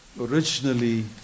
originally